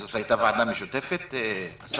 זאת הייתה ועדה משותפת --- כן,